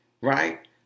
right